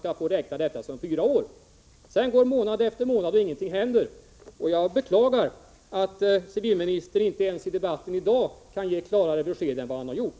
Sedan har det gått månad efter månad, och ingenting har hänt. Jag beklagar att civilministern inte ens i dagens debatt kan ge klarare besked än vad han gjort.